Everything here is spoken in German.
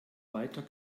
weiter